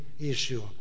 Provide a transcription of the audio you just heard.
issue